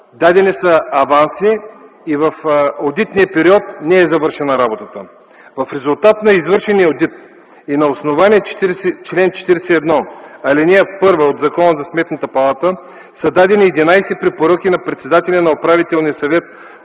давани са аванси и в одитния период работата не е завършена. В резултат на извършения одит и на основание чл. 41, ал. 1 от Закона за Сметната палата са дадени 11 препоръки на председателя на Управителния съвет